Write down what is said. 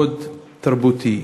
מאוד תרבותי,